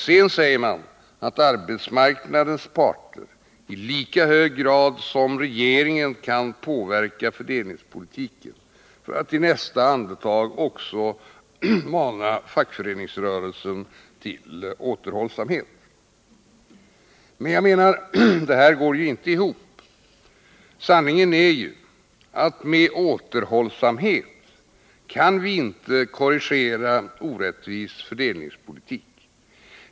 Sedan säger man att arbetsmarknadens parter i lika hög grad som regeringen kan påverka fördelningspolitiken, för att i nästa andetag också mana fackföreningsrörelsen till återhållsamhet. Men detta går ju inte ihop. Sanningen är att med återhållsamhet kan vi inte korrigera orättvis fördelningspolitik.